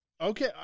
okay